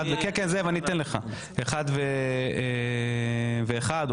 זה יהיה אחד ואחד,